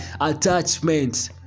attachments